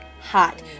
hot